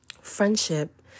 Friendship